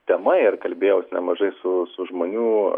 tema ir kalbėjaus nemažai su su žmonių